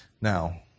Now